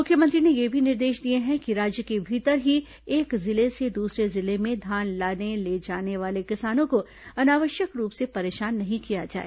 मुख्यमंत्री ने यह निर्देश भी दिए हैं कि राज्य के भीतर ही एक जिले से दूसरे जिले में धान लाने ले जाने वाले किसानों को अनावश्यक रूप से परेशान नहीं किया जाए